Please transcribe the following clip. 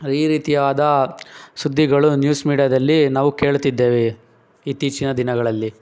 ಈ ರೀತಿಯಾದ ಸುದ್ದಿಗಳು ನ್ಯೂಸ್ ಮೀಡ್ಯಾದಲ್ಲಿ ನಾವು ಕೇಳುತ್ತಿದ್ದೇವೆ ಇತ್ತೀಚಿನ ದಿನಗಳಲ್ಲಿ